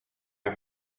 jag